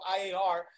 IAR